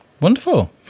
Wonderful